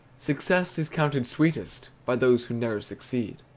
success is counted sweetest by those who ne'er succeed.